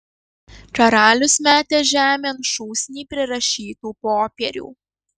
karalius metė žemėn šūsnį prirašytų popierių